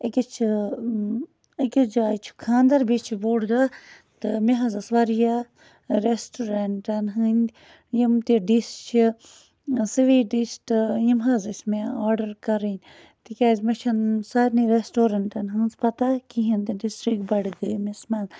أکِس چھِ أکِس جایہِ چھُ خانٛدَر بیٚیہِ چھِ بوٚڑ دۄہ تہٕ مےٚ حظ ٲسۍ واریاہ رٮ۪سٹورنٛٹَن ہٕنٛدۍ یِم تہِ ڈِش چھِ سِویٖٹ ڈِش تہٕ یِم حظ ٲسۍ مےٚ آرڈر کَرٕنۍ تِکیٛازِ مےٚ چھُنہٕ سارنی رٮ۪سٹورنٛٹَن ہٕنٛز پتہ کِہیٖنۍ تہِ نہٕ ڈِسٹِرٛک بڈگٲمِس منٛز